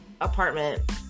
apartment